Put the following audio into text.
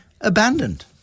abandoned